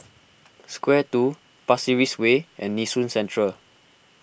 Square two Pasir Ris Way and Nee Soon Central